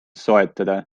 soetada